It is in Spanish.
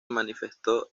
manifestó